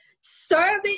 Serving